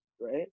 right